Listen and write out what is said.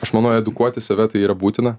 aš manau edukuoti save tai yra būtina